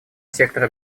сектора